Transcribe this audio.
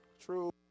true